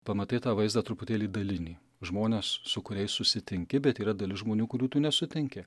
pamatai tą vaizdą truputėlį dalinį žmones su kuriais susitinki bet yra dalis žmonių kurių tu nesutinki